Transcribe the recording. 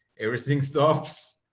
everything stops.